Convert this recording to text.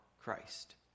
Christ